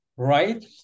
right